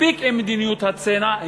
מספיק עם מדיניות הצנע,